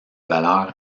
valeur